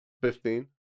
Fifteen